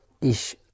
Ich